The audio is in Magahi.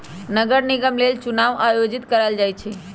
नगर निगम लेल चुनाओ आयोजित करायल जाइ छइ